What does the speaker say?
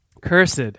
Cursed